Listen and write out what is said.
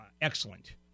Excellent